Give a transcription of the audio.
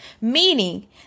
meaning